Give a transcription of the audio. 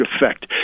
effect